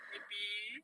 maybe